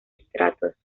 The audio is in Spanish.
estratos